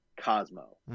Cosmo